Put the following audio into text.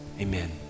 Amen